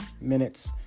minutes